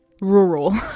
rural